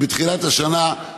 בתחילת השנה,